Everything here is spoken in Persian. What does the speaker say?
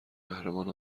قهرمان